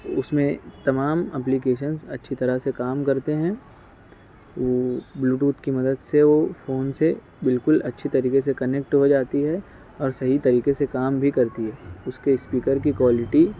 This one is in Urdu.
اس میں تمام اپلیکیشنس اچھی طرح سے کام کرتے ہیں بلوٹوتھ کی مدد سے وہ فون سے بالکل اچھے طریقے کنیکٹ ہو جاتی ہے اور صحیح طریقے سے کام بھی کرتی ہے اس کے اسپیکر کی کوالٹی